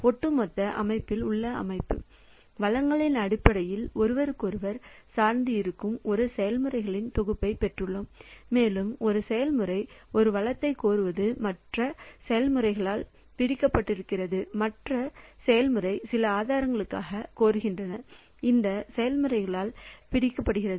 ஒட்டுமொத்த அமைப்பில் உள்ள அமைப்பு வளங்களின் அடிப்படையில் ஒருவருக்கொருவர் சார்ந்து இருக்கும் ஒரு செயல்முறைகளின் தொகுப்பைப் பெற்றுள்ளேன் மேலும் ஒரு செயல்முறை ஒரு வளத்தைக் கோருவது மற்ற செயல்முறையால் பிடிக்கப்படுகிறது மற்ற செயல்முறை சில ஆதாரங்களுக்காகக் கோருகிறது இந்த செயல்முறையால் பிடிக்கப்படுகிறது